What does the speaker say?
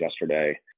yesterday